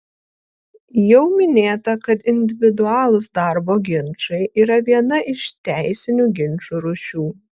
jau minėta kad individualūs darbo ginčai yra viena iš teisinių ginčų rūšių